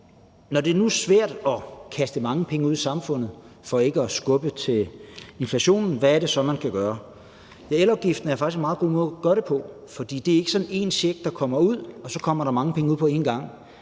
nu det er svært at kaste mange penge ud i samfundet for ikke at skubbe til inflationen, hvad man så kan gøre. Det med elafgiften er faktisk en meget god måde at gøre det på, for det er ikke én check, der bliver sendt ud, og hvor der så kommer mange penge ud på en gang.